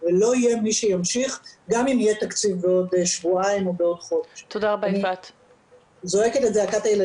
כשילדים אחרים זוכרים את היום הראשון